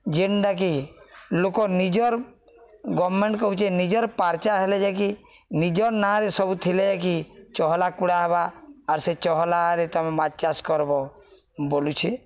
ଯେନ୍ଟାକି ଲୋକ ନିଜର ଗମେଣ୍ଟ କହୁଚେ ନିଜର ପାର୍ଚା ହେଲେ ଯାକି ନିଜର୍ ନାଁରେ ସବୁ ଥିଲେ ଯାକି ଚହଲା କୁଡ଼ା ହେବା ଆର୍ ସେ ଚହଲାରେ ତମେ ମାଛ ଚାଷ କରବ ବୋଲୁଛେ